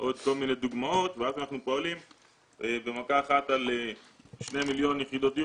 כל מיני דוגמאות ואז אנחנו פועלים במכה אחת על שתי מיליון יחידות דיור